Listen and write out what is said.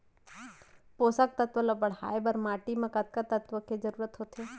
पोसक तत्व ला बढ़ाये बर माटी म कतका तत्व के जरूरत होथे?